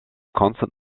constant